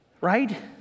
right